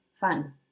fun